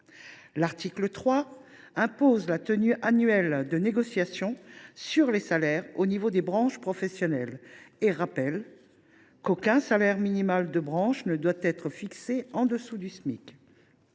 L’article 3 impose la tenue annuelle de négociations sur les salaires au sein des branches professionnelles et précise qu’aucun salaire minimal de branche ne doit être fixé en dessous du Smic.